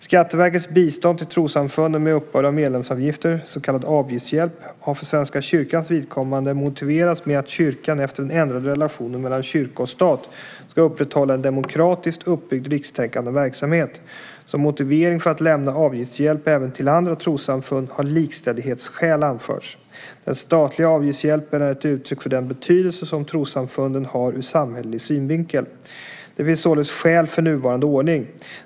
Skatteverkets bistånd till trossamfund med uppbörd av medlemsavgifter, så kallad avgiftshjälp, har för Svenska kyrkans vidkommande motiverats med att kyrkan efter den ändrade relationen mellan kyrka och stat ska upprätthålla en demokratiskt uppbyggd rikstäckande verksamhet. Som motivering för att lämna avgiftshjälp även till andra trossamfund har likställighetsskäl anförts. Den statliga avgiftshjälpen är ett uttryck för den betydelse som trossamfunden har ur samhällelig synvinkel. Det finns således skäl för nuvarande ordning.